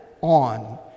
on